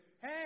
Hey